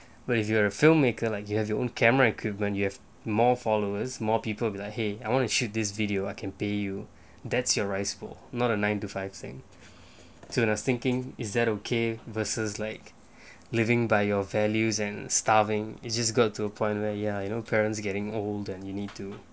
but if you are a filmmaker like you have your own camera equipment you have more followers more people will be like !hey! I want to shoot this video I can pay you that's your rice bowl not a nine to five thing so I was thinking is that okay versus like living by your values and starving it just got to a point where ya you know parents getting old and you need to